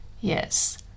Yes